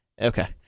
Okay